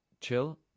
chill